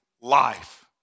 life